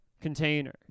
container